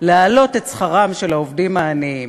להעלות את שכרם של העובדים העניים,